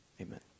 amen